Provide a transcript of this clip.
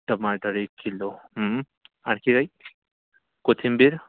टमाटर एक किलो आणखी काही कोथिंबीर